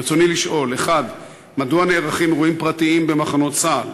רצוני לשאול: 1. מדוע נערכים אירועים פרטיים במחנות צה"ל?